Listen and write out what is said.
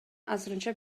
азырынча